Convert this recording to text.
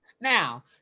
Now